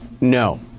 No